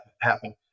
happen